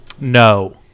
No